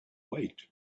wait